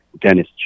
dennis